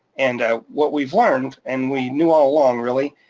and ah what we've learned and we knew all along really,